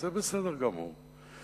וזה בסדר גמור.